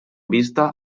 vista